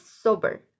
sober